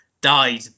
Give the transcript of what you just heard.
died